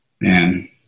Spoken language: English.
man